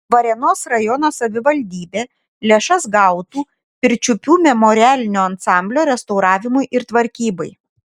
varėnos rajono savivaldybė lėšas gautų pirčiupių memorialinio ansamblio restauravimui ir tvarkybai